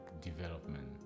development